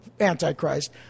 Antichrist